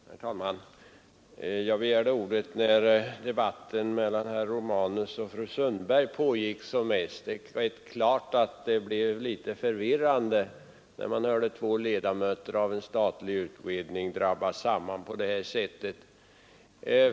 Herr talman! Jag begärde ordet när debatten mellan herr Romanus och fru Sundberg pågick som mest. Det är klart att det blev litet förvirrande att höra två ledamöter av en statlig utredning drabba samman på det sättet.